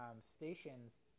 stations